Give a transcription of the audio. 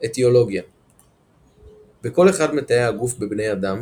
אטיולוגיה בכל אחד מתאי הגוף בבני אדם